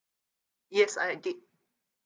yes I did